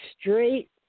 straight